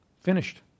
Finished